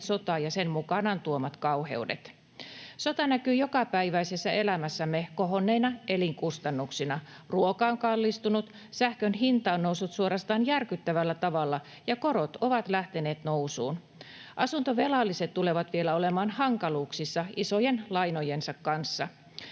sota ja sen mukanaan tuomat kauheudet. Sota näkyy jokapäiväisessä elämässämme kohonneina elinkustannuksina: ruoka on kallistunut, sähkön hinta on noussut suorastaan järkyttävällä tavalla, ja korot ovat lähteneet nousuun. Asuntovelalliset tulevat vielä olemaan hankaluuksissa isojen lainojensa kanssa.